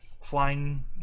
flying